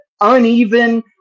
uneven